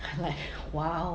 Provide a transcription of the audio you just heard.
like !wow!